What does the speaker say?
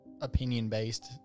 opinion-based